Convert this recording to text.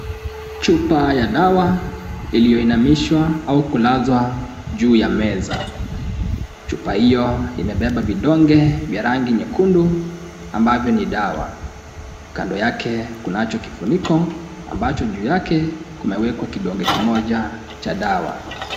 Chupa ya dawa iliyoinamishwa au kulazwa juu ya meza. Chupa hiyo imebeba vidonge vya rangi nyekundu ambavyo ni dawa. Kando yake kunacho kifuniko ambacho juu yake kumewekwa kidonge kimoja cha dawa.